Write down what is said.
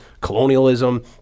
colonialism